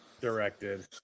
Directed